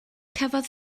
cafodd